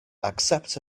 accept